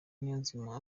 niyonzima